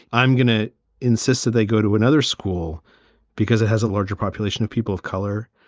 i'm going to insist that they go to another school because it has a larger population of people of color.